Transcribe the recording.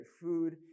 food